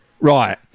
Right